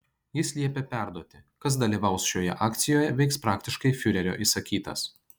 jis liepė perduoti kas dalyvaus šioje akcijoje veiks praktiškai fiurerio įsakytas